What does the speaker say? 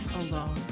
alone